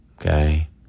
okay